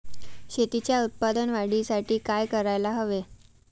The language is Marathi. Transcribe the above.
शेतीच्या उत्पादन वाढीसाठी काय करायला हवे?